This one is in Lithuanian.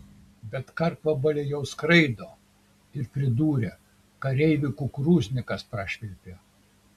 bet karkvabaliai jau skraido ir pridūrė kareivių kukurūznikas prašvilpė